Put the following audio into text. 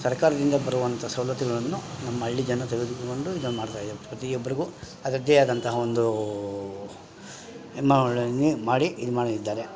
ಸರ್ಕಾರದಿಂದ ಬರುವಂಥ ಸೌಲತ್ತುಗಳನ್ನು ನಮ್ಮ ಹಳ್ಳಿ ಜನ ತೆಗೆದುಕೊಂಡು ಇದನ್ನ ಮಾಡ್ತಾ ಇದ್ದಾರೆ ಪ್ರತಿಯೊಬ್ರಿಗೂ ಅದರದ್ದೇ ಆದಂತಹ ಒಂದು ಮಾಡಿ ಇದು ಮಾಡಿ ಇದ್ದಾರೆ